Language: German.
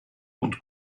und